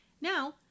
Now